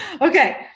Okay